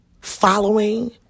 following